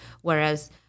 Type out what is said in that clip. whereas